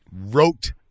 wrote